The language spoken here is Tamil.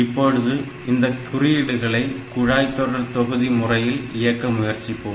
இப்பொழுது இந்தக் குறியீடுகளை குழாய் தொடர் தொகுதி முறையில் இயக்க முயற்சிப்போம்